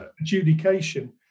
adjudication